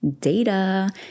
Data